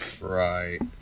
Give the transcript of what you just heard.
Right